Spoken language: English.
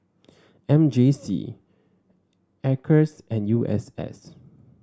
M J C Acres and U S S